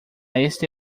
este